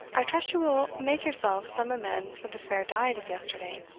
i trust you will make yourself some amends for the spare diet of yesterday.